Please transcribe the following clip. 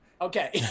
Okay